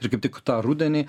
ir kaip tik tą rudenį